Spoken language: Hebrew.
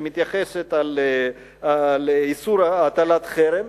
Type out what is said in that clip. שמתייחסת לאיסור הטלת חרם,